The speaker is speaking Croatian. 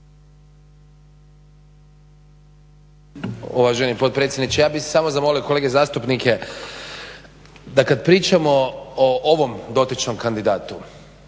uvaženi potpredsjedniče. Ja bih samo zamolio kolega zastupnike da kada pričamo o ovom dotičnom kandidatu